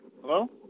Hello